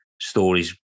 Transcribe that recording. stories